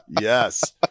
Yes